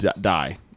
die